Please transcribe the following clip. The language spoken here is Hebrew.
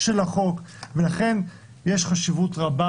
לכן יש חשיבות רבה,